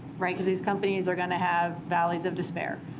like because these companies are going to have valleys of despair,